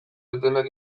etenak